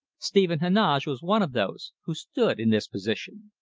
stephen heneage was one of those who stood in this position.